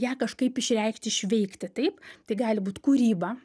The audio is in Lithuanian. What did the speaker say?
ją kažkaip išreikšti išveikti taip tai gali būt kūryba